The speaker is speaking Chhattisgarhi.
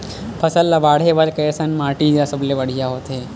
फसल ला बाढ़े बर कैसन माटी सबले बढ़िया होथे?